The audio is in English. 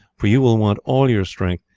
for you will want all your strength,